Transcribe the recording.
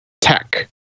tech